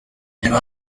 reba